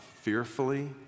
fearfully